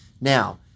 Now